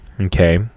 Okay